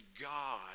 God